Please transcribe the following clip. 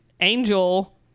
angel